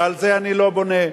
ועל זה אני לא בונה.